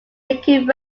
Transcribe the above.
linking